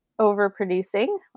overproducing